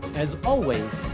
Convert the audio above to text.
as always,